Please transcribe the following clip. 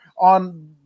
on